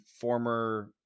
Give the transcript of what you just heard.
former